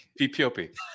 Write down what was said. PPOP